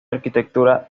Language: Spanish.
arquitectura